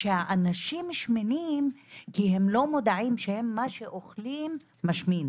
שאנשים שמנים כי הם לא מודעים לזה שמה שהם אוכלים משמין.